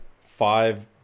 five